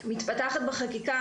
מתפתחת בחקיקה.